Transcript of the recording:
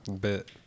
bit